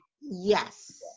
yes